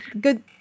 good